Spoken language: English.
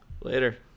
Later